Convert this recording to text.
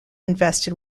invested